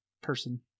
person